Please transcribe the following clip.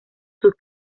sus